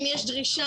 אם יש דרישה,